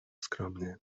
skromnie